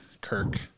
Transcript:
kirk